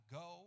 go